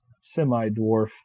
semi-dwarf